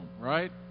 right